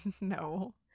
No